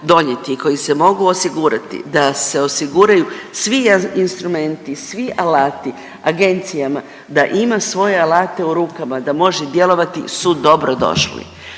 koji se mogu osigurati, da se osiguraju svi instrumenti, svi alati agencijama da ima svoje alate u rukama, da može djelovati su dobrodošli.